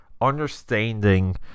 understanding